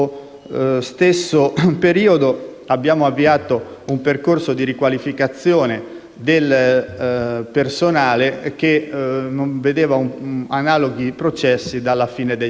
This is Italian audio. abbiamo avviato un percorso di riqualificazione del personale che non vedeva analoghi processi dalla fine degli anni